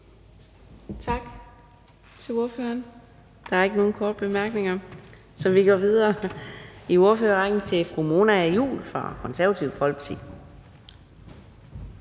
Tak til ordføreren. Der er ikke nogen korte bemærkninger, så vi går videre i ordførerrækken til fru Mona Juul fra Det Konservative Folkeparti.